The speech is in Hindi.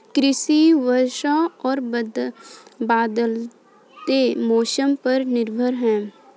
कृषि वर्षा और बदलते मौसम पर निर्भर है